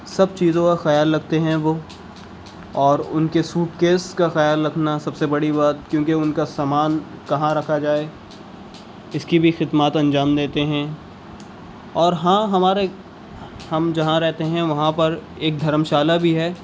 سب چیزوں کا خیال رکھتے ہیں وہ اور ان کے سوٹ کیس کا خیال رکھنا سب سے بڑی بات کیوں کہ ان کا سامان کہاں رکھا جائے اس کی بھی خدمات انجام دیتے ہیں اور ہاں ہمارے ہم جہاں رہتے ہیں وہاں پر ایک دھرم شالہ بھی ہے